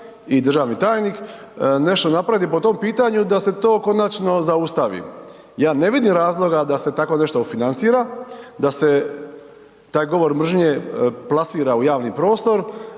i državni tajnik, nešto napraviti po tom pitanju da se to konačno zaustavi. Ja ne vidim razloga da se tako nešto financira, da se taj govor mržnje plasira u javni prostor